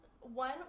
one